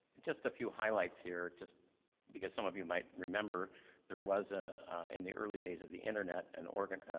just a few highlights here, just because some of you might remember there was a in the early days of the internet, an organ